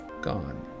Gone